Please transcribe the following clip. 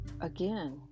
again